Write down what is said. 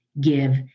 give